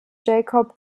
jakob